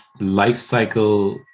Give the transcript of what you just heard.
lifecycle